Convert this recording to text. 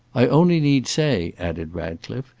i only need say, added ratcliffe,